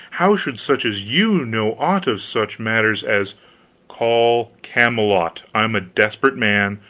how should such as you know aught of such matters as call camelot! i am a desperate man.